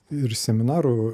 ir seminarų